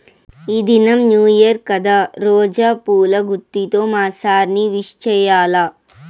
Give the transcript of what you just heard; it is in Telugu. ఈ దినం న్యూ ఇయర్ కదా రోజా పూల గుత్తితో మా సార్ ని విష్ చెయ్యాల్ల